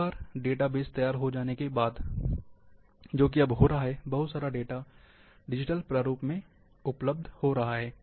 एक बार डेटाबेस तैयार हो जाने के बाद जोकि अब हो रहा है बहुत सारा डेटा डिजिटल प्रारूप में उपलब्ध हो रहा है